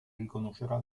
riconoscerà